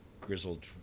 grizzled